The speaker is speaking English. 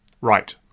Right